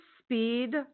speed